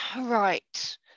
Right